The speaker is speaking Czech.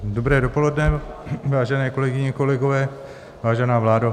Dobré dopoledne, vážené kolegyně a kolegové, vážená vládo.